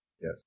Yes